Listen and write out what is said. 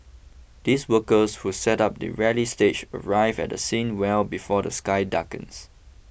these workers who set up the rally stage arrive at the scene well before the sky darkens